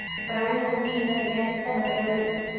ಪ್ರಾಣಿ ಉಣ್ಣಿಯಿಂದ ತಯಾರಿಸಿದ ಬಟ್ಟೆಗಳು